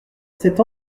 cette